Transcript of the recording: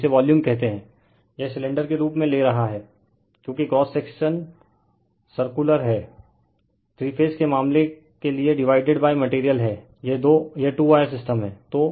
तो इसे वॉल्यूम कहते हैं यह सिलेंडर के रूप में ले रहा है क्योंकि क्रॉस सेक्शन सर्टोटल र है थ्री फेज के मामले के लिए डिवाइडेड मटेरियल है यह टू वायर सिस्टम है